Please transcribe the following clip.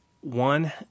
one